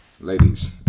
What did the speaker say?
ladies